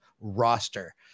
roster